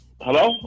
Hello